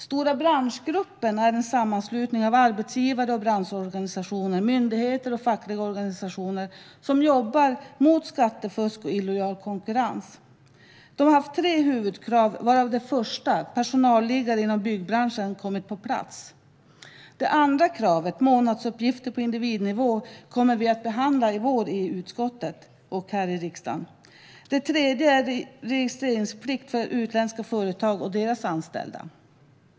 Stora branschgruppen är en sammanslutning av arbetsgivar och branschorganisationer, myndigheter och fackliga organisationer som jobbar mot skattefusk och illojal konkurrens. De har haft tre huvudkrav, varav det första, som handlar om personalliggare inom byggbranschen, har kommit på plats. Det andra kravet gäller månadsuppgifter på individnivå. Det kommer vi att behandla i vår i utskottet och här i riksdagen. Det tredje gäller registreringsplikt för utländska företag och deras anställda.